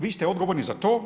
Vi ste odgovorni za to.